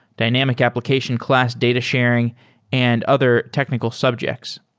dynamic application, class data sharing and other technical subjects.